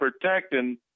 protecting